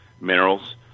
Minerals